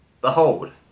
Behold